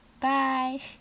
Bye